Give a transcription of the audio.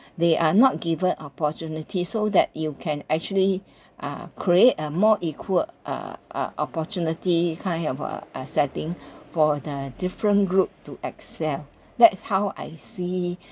they are not given opportunity so that you can actually uh create a more equal uh uh opportunity kind of uh uh setting for the different group to excel that's how I see